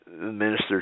ministers